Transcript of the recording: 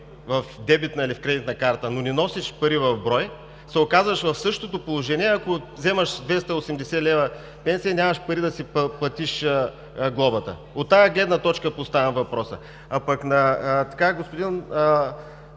в дебитна или кредитна карта, но не носиш пари в брой, се оказваш в същото положение, ако вземаш 280 лв. пенсия и нямаш пари да си платиш глобата. От тази гледна точка поставям въпроса. Господин